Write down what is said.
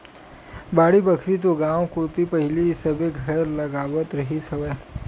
बाड़ी बखरी तो गाँव कोती पहिली सबे घर लगावत रिहिस हवय